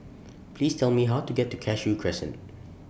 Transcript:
Please Tell Me How to get to Cashew Crescent